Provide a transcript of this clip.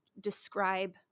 describe